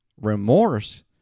Remorse